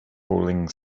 falling